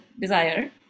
desire